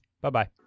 Bye-bye